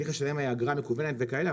צריך לשלם אגרה מקוונת וכאלה,